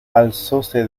alzóse